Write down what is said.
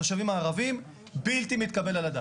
התושבים הערבים בלתי מתקבל על הדעת.